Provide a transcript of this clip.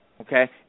Okay